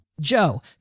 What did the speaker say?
joe